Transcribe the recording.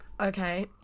Okay